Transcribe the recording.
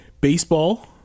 baseball